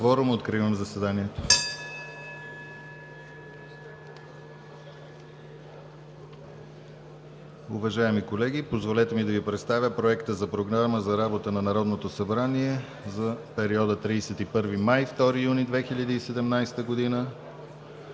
(Звъни.) Откривам заседанието. Уважаеми колеги, позволете ми да Ви представя Проекта за програма за работа на Народното събрание за периода 31 май – 2 юни 2017 г.,